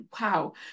wow